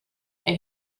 and